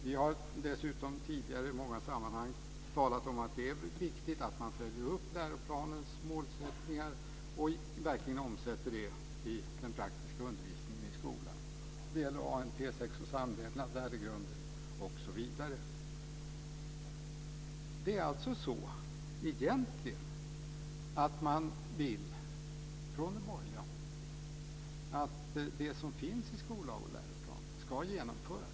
Vi har dessutom tidigare i många sammanhang talat om att det är viktigt att man följer upp läroplanens målsättningar och verkligen omsätter dem i den praktiska undervisningen i skolan. Det gäller ANT, sex och samlevnad, värdegrunden osv. Det är alltså så att man från det borgerliga hållet egentligen vill att det som finns i skollag och läroplan ska genomföras.